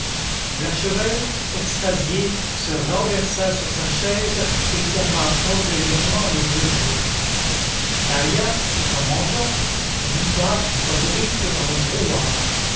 blachevelle extasié se renversa sur sa chaise et ferma orgueilleusement les deux yeux dahlia tout en mangeant dit bas à favourite dans le